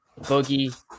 Boogie